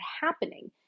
happening